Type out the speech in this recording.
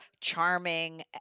charming